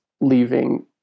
leaving